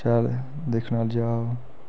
शैल दिक्खने आह्ली जगह् ओह्